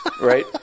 Right